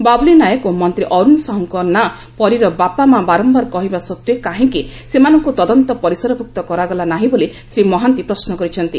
ବାବୁଲି ନାୟକ ଓ ମନ୍ତ୍ରୀ ଅରୁଣ ସାହୁଙ୍ଙ ନାଁ ପରୀର ବାପା ମା ବାରମ୍ନାର କହିବା ସତ୍ତେ କାହିଁକି ସେମାନଙ୍କୁ ତଦନ୍ତ ପରିସରଭୁକ୍ତ କରାଗଲା ନାହିଁ ବୋଲି ଶ୍ରୀ ମହାନ୍ତି ପ୍ରଶ୍ନ କରିଛନ୍ତି